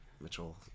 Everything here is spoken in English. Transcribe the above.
Mitchell